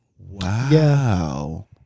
wow